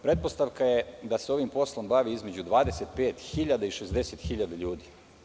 Pretpostavka je da se ovim poslom bavi između 25-60 hiljada ljudi.